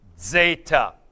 Zeta